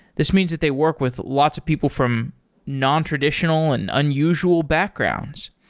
this means that they work with lots of people from nontraditional and unusual backgrounds.